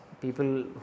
people